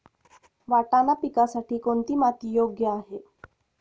वाटाणा पिकासाठी कोणती माती योग्य आहे?